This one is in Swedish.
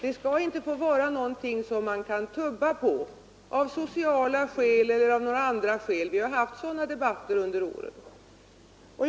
Det skall inte vara någonting som man kan tubba på av sociala eller andra skäl; sådana debatter har vi fört under åren.